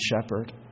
shepherd